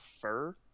fur